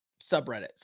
subreddits